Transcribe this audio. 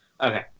okay